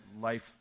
life